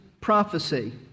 prophecy